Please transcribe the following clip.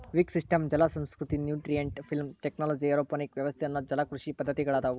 wick system ಜಲಸಂಸ್ಕೃತಿ, nutrient film technology, aeroponic ವ್ಯವಸ್ಥೆ ಅನ್ನೋ ಜಲಕೃಷಿ ಪದ್ದತಿಗಳದಾವು